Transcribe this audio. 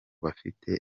bafite